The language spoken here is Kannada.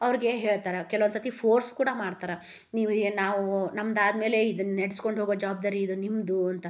ಅವ್ರಿಗೆ ಹೇಳ್ತಾರೆ ಕೆಲ್ವೊಂದು ಸತಿ ಫೋರ್ಸ್ ಕೂಡ ಮಾಡ್ತಾರೆ ನೀವು ನಾವು ನಮ್ದಾದಮೇಲೆ ಇದನ್ನು ನಡೆಸ್ಕೊಂಡ್ ಹೋಗೋ ಜವಾಬ್ದಾರಿ ಇದು ನಿಮ್ಮದು ಅಂತ